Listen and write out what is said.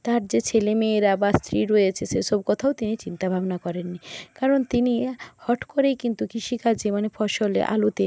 তার যে ছেলেমেয়েরা বা স্ত্রী রয়েছে সে সব কথাও তিনি চিন্তাভাবনা করেননি কারণ তিনি হট করেই কিন্তু কৃষিকাজে মানে ফসলে আলুতে